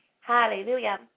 Hallelujah